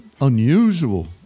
unusual